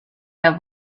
der